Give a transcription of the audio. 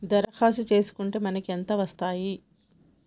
దరఖాస్తు చేస్కుంటే మనకి ఎంత వస్తాయి?